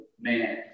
man